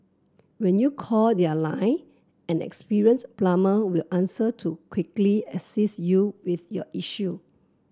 when you call their line an experienced plumber will answer to quickly assist you with your issue